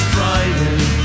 Friday